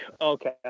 okay